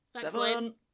Seven